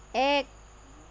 এক